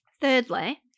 Thirdly